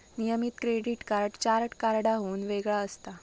नियमित credit card charge कार्डाहुन वेगळा असता